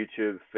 youtube